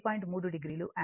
3 o ampere